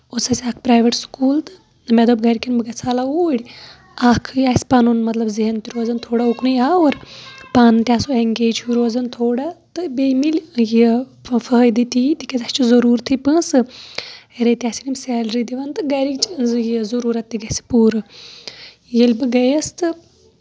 اوس اَسہِ اکھ پریویٹ سکوٗل تہٕ مےٚ دوٚپ گرِکٮ۪ن بہٕ گژھہٕ حالہ اوٗر اکھ اَسہِ پَنُن مطلب ذہن تہِ روزان اکنُے آوُر پانہٕ تہِ آسو اینگیج ہیٚو روزان تھوڑا تہٕ بیٚیہِ مِلہِ یہِ فٲیدٕ تہِ یی تِکیازِ اسہِ چھِ ضروٗرتھٕے پونٛسہٕ رٮ۪تۍ آسن یِم سیلری دِوان تہٕ گرِچ یہِ ضروٗرت تہِ گژھِ پوٗرٕ ییٚلہِ بہٕ گٔیَس تہٕ